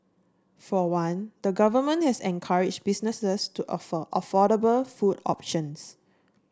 for one the Government has encouraged businesses to offer affordable food options